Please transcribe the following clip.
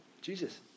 Jesus